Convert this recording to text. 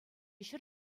ҫӗр